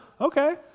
okay